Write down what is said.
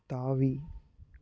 தாவி